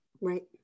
Right